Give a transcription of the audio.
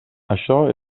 això